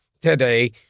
today